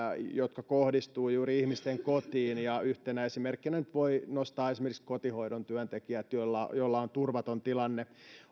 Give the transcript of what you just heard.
jotka kohdistuvat juuri ihmisten kotiin ja yhtenä esimerkkinä nyt voi nostaa esimerkiksi kotihoidon työntekijät joilla on turvaton tilanne